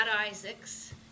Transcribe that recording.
Isaacs